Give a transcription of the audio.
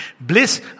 Bliss